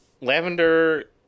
Lavender